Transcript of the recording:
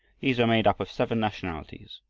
these were made up of seven nationalities,